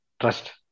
Trust